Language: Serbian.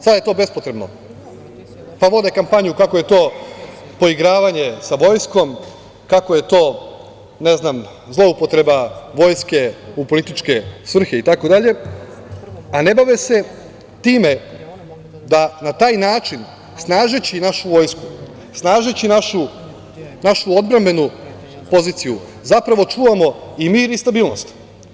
Sad je to bespotrebno, pa vode kampanju kako je to poigravanje sa vojskom, kako je to, ne znam, zloupotreba vojske u političke svrhe, a ne bave se time da na taj način snažeći našu vojsku, snažeći našu odbrambenu poziciju zapravo čuvamo i mir i stabilnosti.